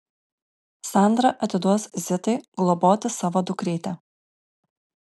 sandra atiduos zitai globoti savo dukrytę